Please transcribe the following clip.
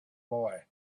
boy